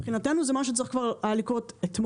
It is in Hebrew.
מבחינתנו זה משהו שהיה צריך לקרות כבר אתמול.